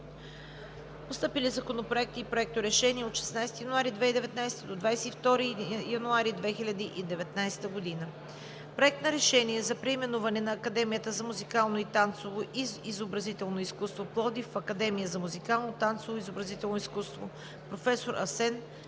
Постъпили законопроекти и проекторешения от 16 януари 2019 г. до 22 януари 2019 г.: – Проект на решение за преименуване на Академията за музикално, танцово и изобразително изкуство – Пловдив, в Академия за музикално, танцово и изобразително изкуство „Проф. Асен